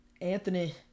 Anthony